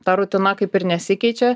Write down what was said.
ta rutina kaip ir nesikeičia